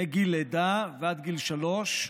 מגיל לידה ועד גיל שלוש,